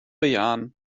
bejahen